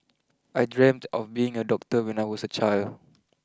I dreamt of being a doctor when I was a child